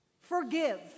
Forgive